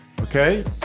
Okay